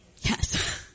Yes